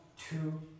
two